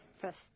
First